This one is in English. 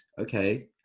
okay